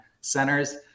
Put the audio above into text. centers